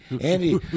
Andy